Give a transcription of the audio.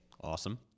Awesome